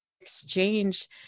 exchange